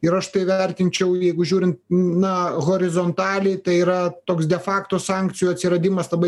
ir aš tai vertinčiau jeigu žiūrint na horizontaliai tai yra toks defakto sankcijų atsiradimas labai